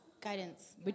guidance